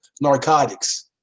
narcotics